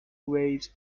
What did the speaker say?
waves